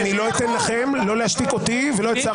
אני לא אתן לכם לא להשתיק אותי ולא את שר